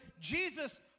Jesus